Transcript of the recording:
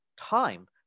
time